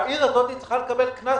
העיר הזאת צריכה לקבל קנס,